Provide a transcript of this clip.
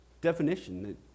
definition